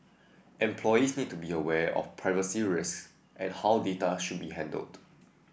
employees need to be aware of privacy risks and how data should be handled